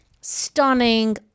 stunning